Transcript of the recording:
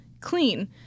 clean